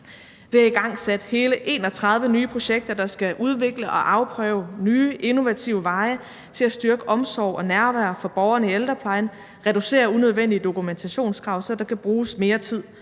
Vi har igangsat hele 31 nye projekter, der skal udvikle og afprøve nye innovative veje til at styrke omsorgen og nærværet for borgerne i ældreplejen og reducere unødvendige dokumentationskrav, så der kan bruges mere tid